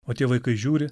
o tie vaikai žiūri